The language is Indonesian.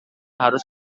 harus